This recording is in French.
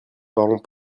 parlons